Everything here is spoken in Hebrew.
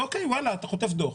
אוקיי, אתה חוטף דוח.